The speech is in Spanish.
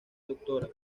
dra